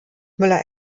müller